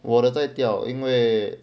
我的在掉因为